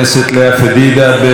בבקשה,